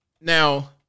Now